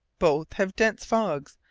both have dense fogs,